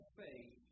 faith